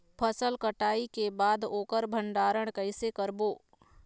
फसल कटाई के बाद ओकर भंडारण कइसे करबो?